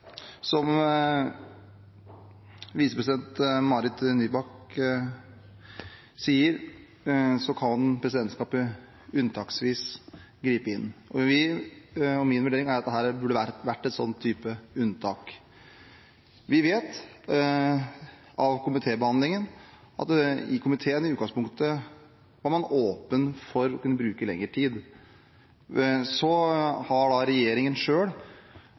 Som visepresident Marit Nybakk sier, kan presidentskapet unntaksvis gripe inn. Vår og min vurdering er at dette burde vært et slikt unntak. Vi vet ut fra komitébehandlingen at man i komiteen i utgangspunktet var åpen for å kunne bruke lengre tid. Så har regjeringen